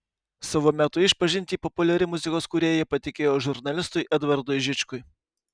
savo metų išpažintį populiari muzikos kūrėja patikėjo žurnalistui edvardui žičkui